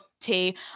tea